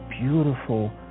beautiful